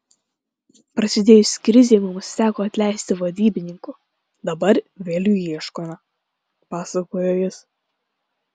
prasidėjus krizei mums teko atleisti vadybininkų dabar vėl jų ieškome pasakojo jis